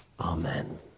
Amen